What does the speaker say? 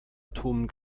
atomen